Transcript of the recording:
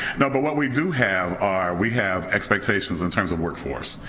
no, but what we do have are we have expectations, in terms of workforce.